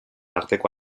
arteko